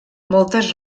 moltes